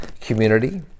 community